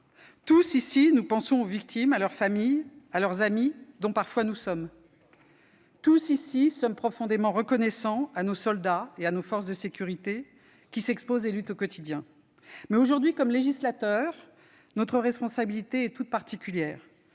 Tous ici, nous pensons aux victimes, à leurs familles, à leurs amis dont parfois nous sommes. Tous ici, nous sommes profondément reconnaissants à nos soldats et à nos forces de sécurité qui s'exposent et luttent au quotidien. Mais aujourd'hui, comme législateur, notre responsabilité est singulière